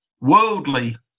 worldly